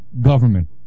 government